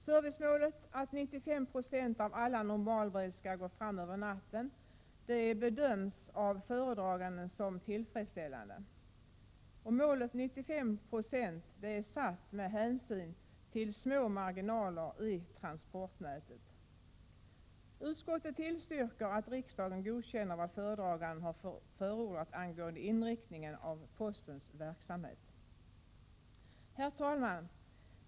Servicemålet, att 95 20 av alla normalbrev skall gå fram över natten, bedöms av föredraganden som tillfredsställande. Målet 95 20 är satt med hänsyn till små marginaler i transportnätet. Utskottet tillstyrker att riksdagen godkänner vad föredraganden har förordat angående inriktningen av postens verksamhet. Herr talman!